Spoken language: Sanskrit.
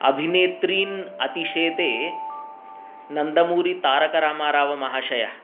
अभिनेतृन् अतिशेते नन्दमुरीतारकरामारावमहाशयः